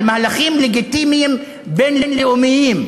על מהלכים לגיטימיים בין-לאומיים.